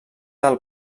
del